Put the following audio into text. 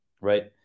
right